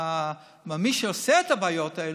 במי שעושה את הבעיות האלה,